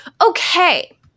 okay